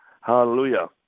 Hallelujah